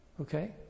Okay